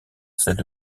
celle